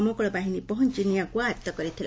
ଦମକଳ ବାହିନୀ ପହଞ୍ ନିଆକୁ ଆୟଉ କରିଥିଲା